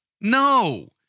No